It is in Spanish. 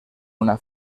una